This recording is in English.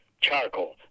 charcoal